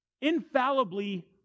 infallibly